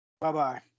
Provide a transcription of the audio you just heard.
Bye-bye